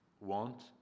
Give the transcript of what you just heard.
want